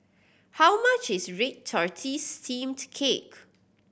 how much is red tortoise steamed cake